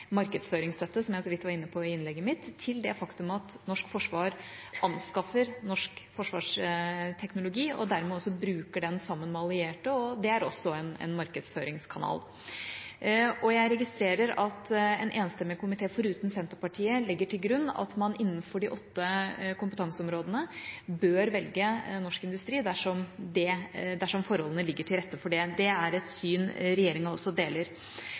markedsføringsstøtte – som jeg så vidt var inne på i innlegget mitt – til det faktum at norsk forsvar anskaffer norsk forsvarsteknologi, og dermed også bruker den sammen med allierte. Det er også en markedsføringskanal. Jeg registrerer at en enstemmig komité, foruten Senterpartiet, legger til grunn at man innenfor de åtte kompetanseområdene bør velge norsk industri dersom forholdene ligger til rette for det. Det er et syn regjeringa deler.